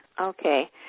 Okay